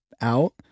out